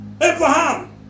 Abraham